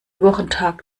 wochentag